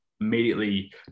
immediately